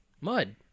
Mud